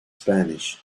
spanish